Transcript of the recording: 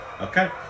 Okay